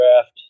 draft